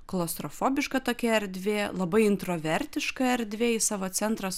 klaustrofobiška tokia erdvė labai intravertiška erdvė į savo centrą